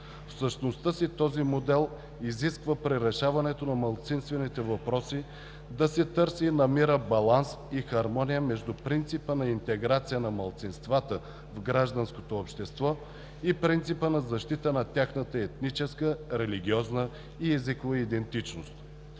същността си този модел изисква при решаването на малцинствените въпроси да се търси и намира баланс и хармония между принципа на интеграция на малцинствата в гражданското общество и принципа на защита на тяхната етническа, религиозна и езикова идентичност.